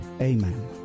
Amen